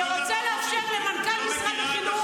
שרוצה לאפשר למנכ"ל משרד חינוך,